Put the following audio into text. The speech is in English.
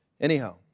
Anyhow